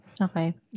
Okay